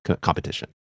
competition